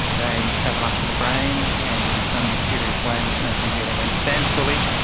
they travel up to the brain and in some mysterious way, which nobody really understands fully,